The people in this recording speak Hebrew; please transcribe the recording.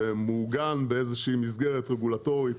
שמעוגן באיזושהי מסגרת רגולטורית.